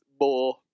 more